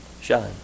Shine